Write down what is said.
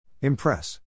Impress